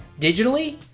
digitally